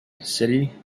city